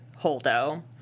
Holdo